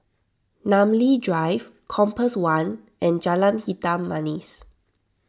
Namly Drive Compass one and Jalan Hitam Manis